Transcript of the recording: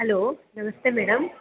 hello ನಮಸ್ತೆ madam